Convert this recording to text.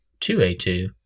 2A2